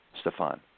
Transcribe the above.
Stefan